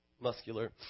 muscular